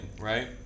right